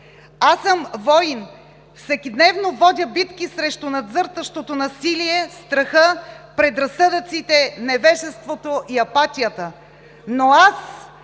„Аз съм войн! Всекидневно водя битки срещу надзъртащото насилие, страха, предразсъдъците, невежеството и апатията,